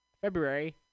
February